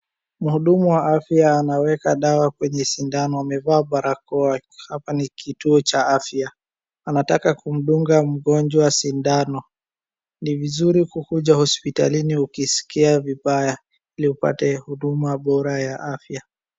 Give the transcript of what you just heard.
Mhudumu wa afya anaweka dawa kwenye sindano, amevaa barakoa. Hapa ni kituo cha afya. Anataka kumdunga mgojwa sindano. Ni vizuri kukuja hospitalini ukiskia vibaya ili upate huduma bora ya afya.